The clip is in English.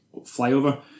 flyover